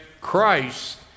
Christ